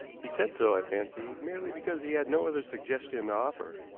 he said so, i fancy, merely because he had no other suggestion to offer.